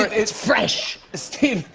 it's fresh. steve,